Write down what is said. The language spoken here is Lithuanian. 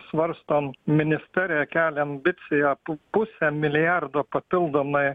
svarstom ministerija kelia ambiciją pu pusę milijardo papildomai